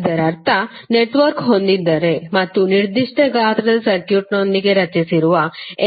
ಇದರರ್ಥ ನೆಟ್ವರ್ಕ್ ಹೊಂದಿದ್ದರೆ ಮತ್ತು ನಿರ್ದಿಷ್ಟ ಗಾತ್ರದ ಸರ್ಕ್ಯೂಟ್ನೊಂದಿಗೆ ರಚಿಸಿರುವ